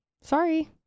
sorry